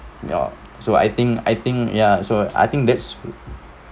ya so I think I think ya so I think that's